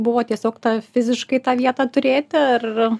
buvo tiesiog fiziškai tą vietą turėti ar